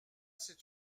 c’est